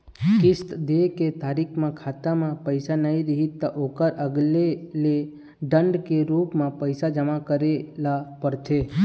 किस्त दे के तारीख म खाता म पइसा नइ रही त ओखर अलगे ले दंड के रूप म पइसा जमा करे ल परथे